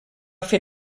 fer